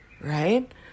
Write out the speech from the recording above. right